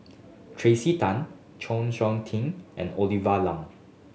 Tracey Tan Chng Seok Tin and Olivia Lum